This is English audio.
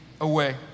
away